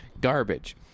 garbage